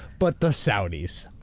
but the saudis.